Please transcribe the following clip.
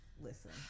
listen